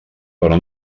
però